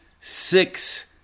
six